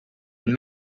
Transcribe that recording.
and